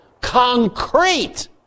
concrete